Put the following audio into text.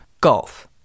golf